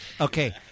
Okay